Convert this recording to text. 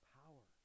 power